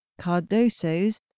Cardoso's